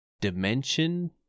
dimension